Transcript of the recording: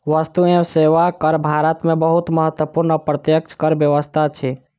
वस्तु एवं सेवा कर भारत में बहुत महत्वपूर्ण अप्रत्यक्ष कर व्यवस्था अछि